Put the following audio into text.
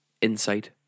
Insight